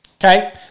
Okay